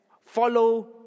Follow